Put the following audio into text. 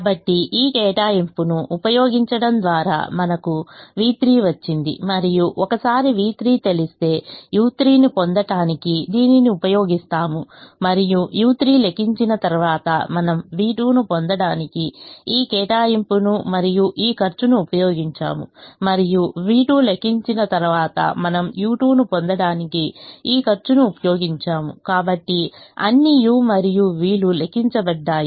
కాబట్టి ఈ కేటాయింపును ఉపయోగించడం ద్వారా మనకు v3 వచ్చింది మరియు ఒకసారి v3 తెలిస్తే u3 ను పొందటానికి దీనిని ఉపయోగిస్తాము మరియు u3 లెక్కించిన తర్వాత మనము v2 ను పొందడానికి ఈ కేటాయింపును మరియు ఈ ఖర్చును ఉపయోగించాము మరియు v2 లెక్కించిన తర్వాత మనము u2 ను పొందడానికి ఈ ఖర్చును ఉపయోగించాము కాబట్టి అన్ని u మరియు v లు లెక్కించబడ్డాయి